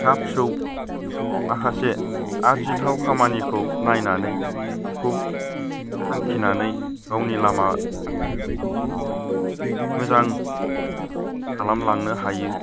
फिसा फिसौ माखासे आरजिथाव खामानिखौ नायनानै बेखौ थांखिनानै गावनि लामाखौ मोजां खालाम लांनो हायो